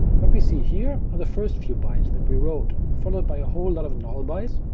what we see here are the first few bytes that we wrote, followed by a whole lot of null bytes,